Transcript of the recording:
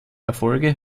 erfolge